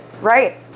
Right